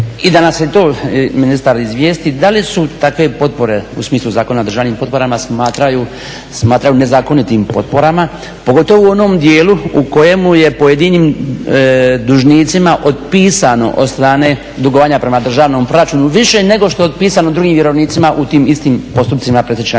i da nas i o tome ministar izvijesti, da li su takve potpore u smislu Zakona o državnim potporama smatraju nezakonitim potporama pogotovo u onom dijelu u kojemu je pojedinim dužnicima otpisano od strane dugovanja prema državnom proračunu više nego što je otpisano drugim vjerovnicima u tim istim postupcima predstečajnih